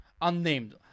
Unnamed